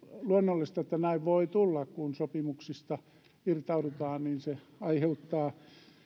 luonnollista että niitä voi tulla kun sopimuksista irtaudutaan niin se aiheuttaa